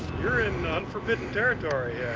you're in ah unforbidden territory yeah